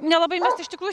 nelabai mes iš tikrų